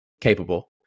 capable